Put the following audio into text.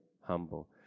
humble